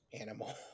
animal